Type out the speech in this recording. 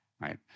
right